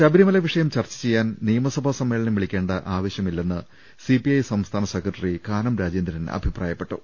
ശബരിമല വിഷയം ചർച്ച ചെയ്യാൻ നിയമസഭാ സമ്മേളനം വിളി ക്കേണ്ട ആവശ്യം ഇല്ലെന്ന് സിപിഐ സംസ്ഥാന സെക്രട്ടറി കാനം രാജേന്ദ്രൻ അഭിപ്രായപ്പെട്ടു